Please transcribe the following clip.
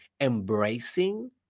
embracing